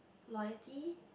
loyalty